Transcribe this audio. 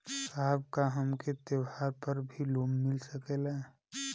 साहब का हमके त्योहार पर भी लों मिल सकेला?